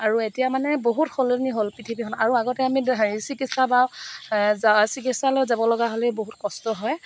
আৰু এতিয়া মানে বহুত সলনি হ'ল পৃথিৱীখন আৰু আগতে আমি হেৰি চিকিৎসা বা যা চিকিৎসালয়ত যাব লগা হ'লে বহুত কষ্ট হয়